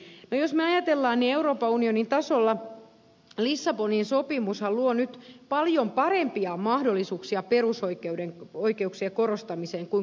jos me ajattelemme niin euroopan unionin tasolla lissabonin sopimushan luo nyt paljon parempia mahdollisuuksia perusoikeuksien korostamiseen kuin koskaan ennen